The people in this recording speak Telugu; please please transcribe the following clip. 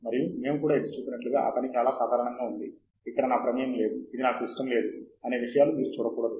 మరియు మేము కూడా ఎత్తి చూపినట్లుగా ఆ పని చాలా సాధారణంగా ఉంది ఇక్కడ నా ప్రమేయం లేదు ఇది నాకు ఇష్టం లేదు అనే విషయాలు మీరు చూడకూడదు